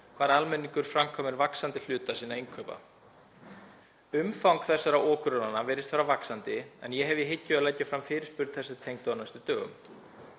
sem almenningur framkvæmir vaxandi hluta sinna innkaupa. Umfang þessara okurlána virðist fara vaxandi en ég hef í hyggju að leggja fram fyrirspurn þessu tengda á næstu dögum.